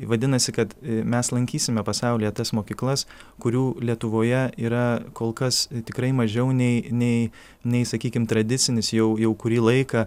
vadinasi kad mes lankysime pasaulyje tas mokyklas kurių lietuvoje yra kol kas tikrai mažiau nei nei nei sakykim tradicinis jau jau kurį laiką